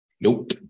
nope